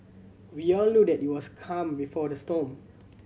we all knew that it was calm before the storm